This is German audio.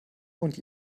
und